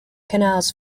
canals